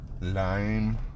Lime